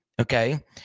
Okay